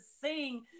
sing